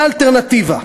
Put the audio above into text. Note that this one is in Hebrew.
מה האלטרנטיבה?